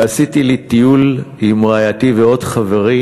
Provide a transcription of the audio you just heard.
ועשיתי לי טיול עם רעייתי ועוד חברים,